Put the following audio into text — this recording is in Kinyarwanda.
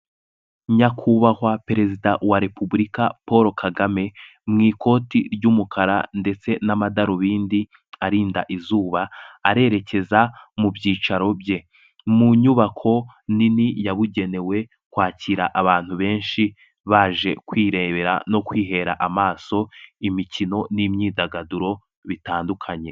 Nyakubahwa Perezida wa repubulika Paul Kagame mu ikoti ry'umukara ndetse n'amadarubindi arinda izuba, arerekeza mu byicaro bye, mu nyubako nini yabugenewe kwakira abantu benshi baje kwirebera no kwihera amaso imikino n'imyidagaduro bitandukanye.